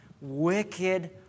wicked